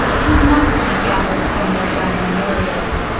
was not to be gathered from their dumb memorials.